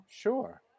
Sure